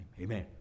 Amen